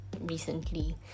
recently